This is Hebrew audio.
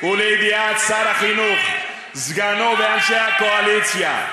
ולידיעת שר החינוך, סגנו ואנשי הקואליציה,